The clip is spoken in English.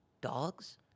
Dogs